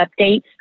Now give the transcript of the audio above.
updates